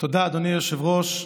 היושב-ראש.